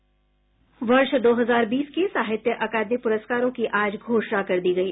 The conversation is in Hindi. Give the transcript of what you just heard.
वर्ष दो हजार बीस के साहित्य अकादमी प्रस्कारों की आज घोषणा कर दी गयी